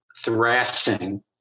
thrashing